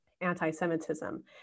anti-Semitism